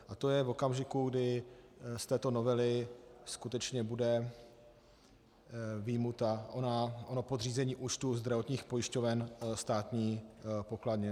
A to je v okamžiku, kdy z této novely skutečně bude vyjmuto ono podřízení účtů zdravotních pojišťoven státní pokladně.